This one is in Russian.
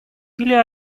или